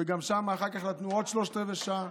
וגם שם אחרי זה נתנו עוד שלושת רבעי שעה.